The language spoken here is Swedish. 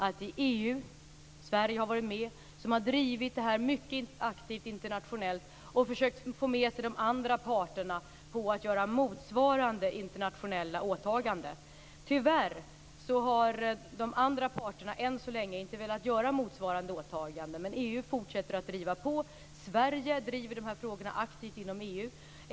EU - och Sverige har varit med - har drivit det här mycket aktivt internationellt och försökt få de andra parterna att göra motsvarande internationella åtagande. Tyvärr har de andra parterna ännu inte velat göra motsvarande åtagande. Men EU fortsätter att driva på. Sverige driver de här frågorna aktivt inom EU.